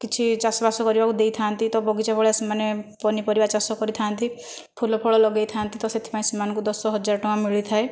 କିଛି ଚାଷ ବାସ କରିବାକୁ ଦେଇଥା'ନ୍ତି ତ ବଗିଚା ଭଳିଆ ସେମାନେ ପନିପରିବା ଚାଷ କରିଥା'ନ୍ତି ଫୁଲ ଫଳ ଲଗାଇଥା'ନ୍ତି ତ ସେଥିପାଇଁ ସେମାନଙ୍କୁ ଦଶହଜାର ଟଙ୍କା ମିଳିଥାଏ